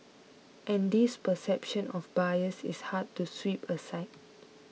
and this perception of bias is hard to sweep aside